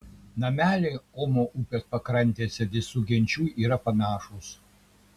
nameliai omo upės pakrantėse visų genčių yra panašūs